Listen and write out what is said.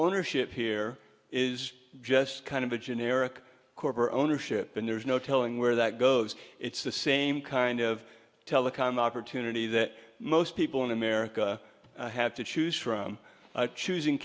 ownership here is just kind of a generic corporate ownership and there's no telling where that goes it's the same kind of telecom opportunity that most people in america have to choose from choosing